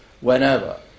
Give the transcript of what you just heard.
whenever